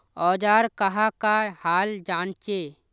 औजार कहाँ का हाल जांचें?